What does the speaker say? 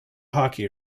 hockey